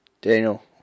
Daniel